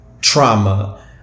trauma